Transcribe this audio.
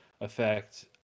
effect